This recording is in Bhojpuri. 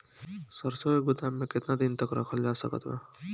सरसों के गोदाम में केतना दिन तक रखल जा सकत बा?